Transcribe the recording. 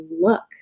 look